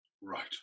Right